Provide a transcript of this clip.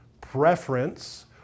preference